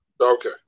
okay